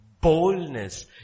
boldness